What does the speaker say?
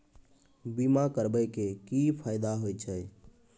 बीमा करबै के की फायदा होय छै?